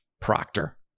Proctor